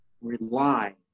rely